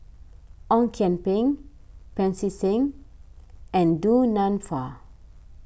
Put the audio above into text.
Ong Kian Peng Pancy Seng and Du Nanfa